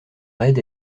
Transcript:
raid